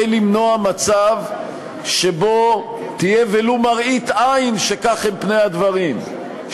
למנוע מצב שבו תהיה ולו מראית עין שכך הם פני הדברים,